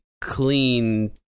clean